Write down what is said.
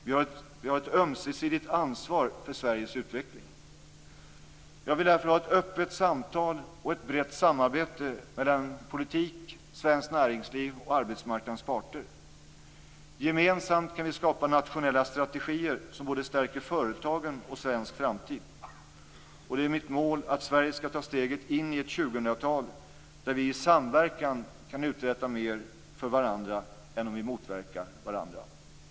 Vi har ett ömsesidigt ansvar för Sveriges utveckling. Jag vill därför ha ett öppet samtal och ett brett samarbete mellan politik, svenskt näringsliv och arbetsmarknadens parter. Gemensamt kan vi skapa nationella strategier som stärker både företagen och svensk framtid. Det är mitt mål att Sverige skall ta steget in i ett 2000-tal där vi i samverkan kan uträtta mer för varandra än om vi motverkar varandra.